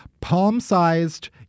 palm-sized